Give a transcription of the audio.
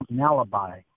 alibi